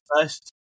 first